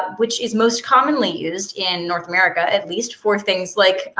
which is most commonly used in north america at least for things like